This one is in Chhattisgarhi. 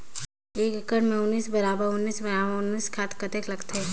एक एकड़ मे उन्नीस बराबर उन्नीस बराबर उन्नीस खाद कतेक लगथे?